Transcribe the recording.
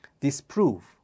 disprove